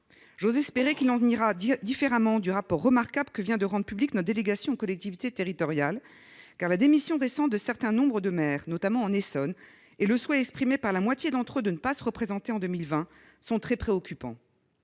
J'ose espérer qu'il en ira différemment du rapport remarquable que vient de rendre public notre délégation aux collectivités territoriales, car la démission récente d'un certain nombre de maires, notamment en Essonne, et le souhait exprimé par la moitié des autres de ne pas se représenter en 2020 sont très préoccupants.